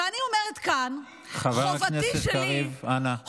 ואני אומרת כאן, חובתי שלי, חבר הכנסת קריב, אנא.